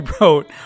wrote